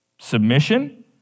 Submission